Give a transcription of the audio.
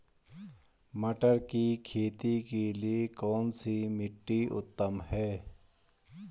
मटर की खेती के लिए कौन सी मिट्टी उत्तम है?